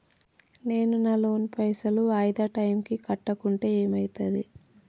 నేను నా లోన్ పైసల్ వాయిదా టైం కి కట్టకుంటే ఏమైతది?